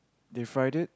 they fried